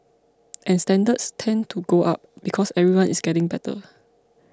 and standards tend to go up because everyone is getting better